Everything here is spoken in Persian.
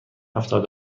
هفتاد